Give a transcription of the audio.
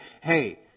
hey